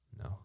No